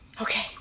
Okay